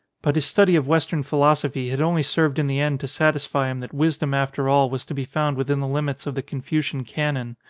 but his study of western philosophy had only served in the end to satisfy him that wisdom after all was to be found within the limits of the con fucian canon.